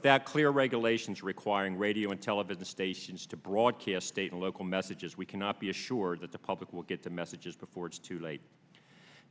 that clear regulations requiring radio and television stations to broadcast state and local messages we cannot be assured that the public will get the message before it's too late